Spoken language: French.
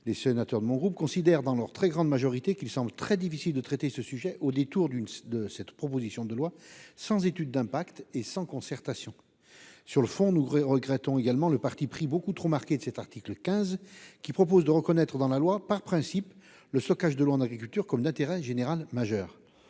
les sénateurs de mon groupe considèrent dans leur très grande majorité qu'il serait très difficile de traiter ce sujet au détour de cette proposition de loi, sans étude d'impact ni concertation. Sur le fond, nous regrettons le parti pris beaucoup trop marqué de cet article 15, qui propose de reconnaître dans la loi, par principe, le stockage de l'eau en agriculture comme d'intérêt général majeur.